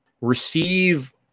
receive